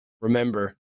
remember